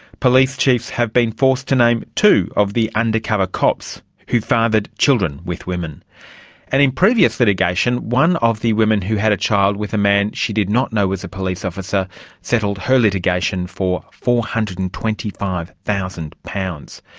police chiefs have been forced to name two of the undercover cops who had fathered children with women. and in a previous litigation one of the women who had a child with a man she did not know was a police officer settled her litigation for four hundred and twenty five thousand pounds.